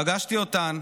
פגשתי אותן,